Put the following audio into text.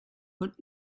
but